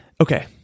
okay